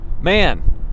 Man